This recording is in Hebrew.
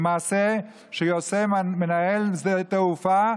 זה מעשה שעושה מנהל שדות התעופה,